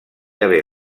haver